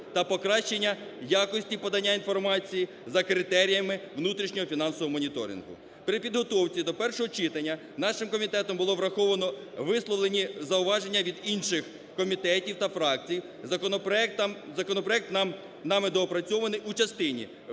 та покращення якості подання інформації за критеріями внутрішнього фінансового моніторингу. При підготовці до першого читання нашим комітетом було враховано висловлені зауваження від інших комітетів та фракцій. Законопроект нами доопрацьований у частині,